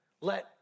Let